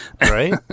right